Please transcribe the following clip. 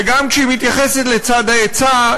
וגם כשהיא מתייחסת לצד ההיצע,